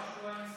הערת שוליים,